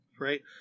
Right